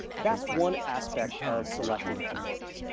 that's one aspect of selecting a mark.